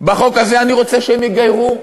בחוק הזה אני רוצה שהם יגיירו.